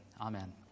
Amen